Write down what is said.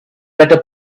better